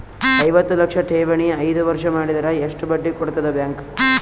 ಐವತ್ತು ಲಕ್ಷ ಠೇವಣಿ ಐದು ವರ್ಷ ಮಾಡಿದರ ಎಷ್ಟ ಬಡ್ಡಿ ಕೊಡತದ ಬ್ಯಾಂಕ್?